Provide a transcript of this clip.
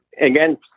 again